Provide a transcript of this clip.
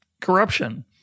corruption